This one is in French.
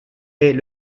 est